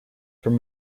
from